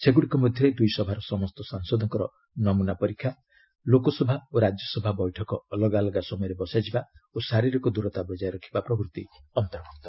ସେଗୁଡ଼ିକ ମଧ୍ୟରେ ଦୁଇସଭାର ସମସ୍ତ ସାଂସଦଙ୍କର ନମ୍ମନା ପରୀକ୍ଷା ଲୋକସଭା ଓ ରାଜ୍ୟସଭା ବୈଠକ ଅଲଗାଅଲଗା ସମୟରେ ବସାଯିବା ଓ ଶାରିରୀକ ଦୂରତା ବଜାୟ ରଖିବା ପ୍ରଭୂତି ଅନ୍ତର୍ଭୁକ୍ତ